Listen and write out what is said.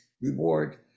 reward